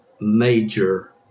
major